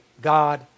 God